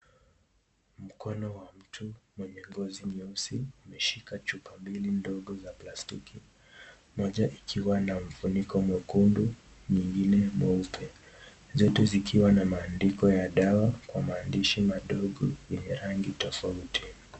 Mkono wa mtu mwenye ngozi nyeusi, ameshika chupa mbili ndogo za plastiki. Moja ikiwa na mfuniko mwekundu nyingine mweupe, zote zikiwa na maandiko ya dawa kwa maandisi madogo yenye rangi tofauti.